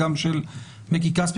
גם של ריקי כספי